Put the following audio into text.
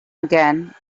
again